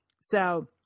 So-